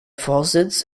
vorsitz